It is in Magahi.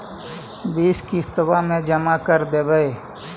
बिस किस्तवा मे जमा कर देवै?